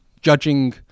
judging